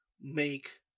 make